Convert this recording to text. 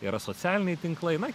yra socialiniai tinklai na